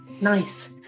nice